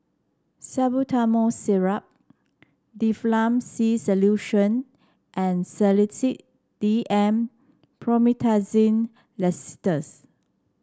Salbutamol Syrup Difflam C Solution and Sedilix D M Promethazine Linctus